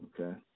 Okay